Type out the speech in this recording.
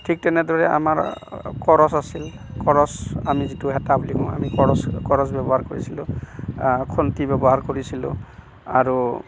ঠিক তেনেদৰে আমাৰ কৰচ আছিল কৰছ আমি যিটো হেতা বুলি কওঁ আমি কৰচ কৰচ ব্যৱহাৰ কৰিছিলোঁ খন্তি ব্যৱহাৰ কৰিছিলোঁ আৰু